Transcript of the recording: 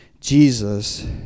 Jesus